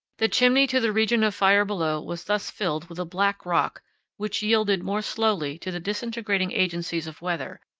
the chimney to the region of fire below was thus filled with a black rock which yielded more slowly to the disintegrating agencies of weather,